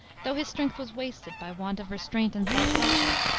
though his strength was wasted by want of restraint and self-culture.